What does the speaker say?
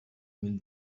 mil